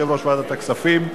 יושב-ראש ועדת הכספים,